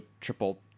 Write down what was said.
triple